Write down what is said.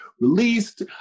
released